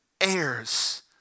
heirs